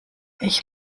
ich